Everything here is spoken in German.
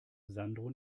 sandro